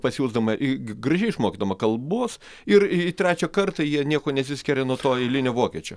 pasiųsdama i gražiai išmokydama kalbos ir į trečią kartą jie niekuo nesiskiria nuo to eilinio vokiečio